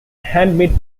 handmade